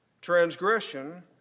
transgression